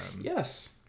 Yes